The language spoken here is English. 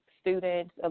students